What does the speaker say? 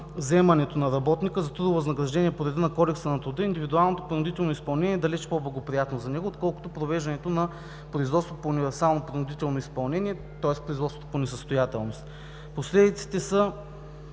наемането на работника за трудово възнаграждение по реда на Кодекса на труда, индивидуалното принудително изпълнение е далеч по-благоприятно за него, отколкото провеждането на производство по универсално принудително изпълнение, тоест производството по несъстоятелност. Последиците са